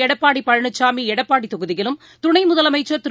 எடப்பாடி பழனிசாமி எடப்பாடி தொகுதியிலும் துணை முதலமைச்சர் திரு